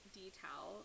detail